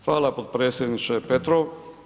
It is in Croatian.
Hvala potpredsjedniče Petrov.